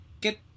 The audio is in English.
get